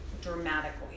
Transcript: dramatically